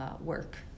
work